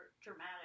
dramatic